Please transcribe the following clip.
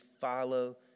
follow